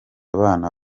abana